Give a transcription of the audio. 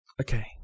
Okay